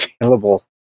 available